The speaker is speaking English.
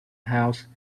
house